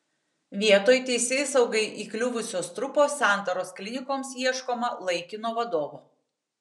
vietoj teisėsaugai įkliuvusio strupo santaros klinikoms ieškoma laikino vadovo